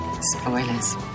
Spoilers